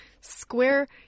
square